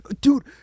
Dude